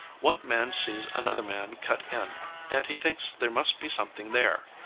one man sees another man cut in and he thinks there must be something there.